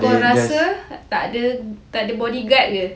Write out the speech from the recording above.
kau rasa takde bodyguard ke